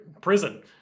prison